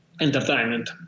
entertainment